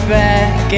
back